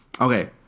Okay